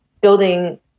building